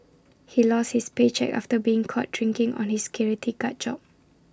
he lost his paycheck after being caught drinking on his security guard job